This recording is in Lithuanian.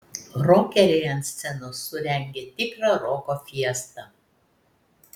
rokeriai ant scenos surengė tikrą roko fiestą